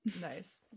Nice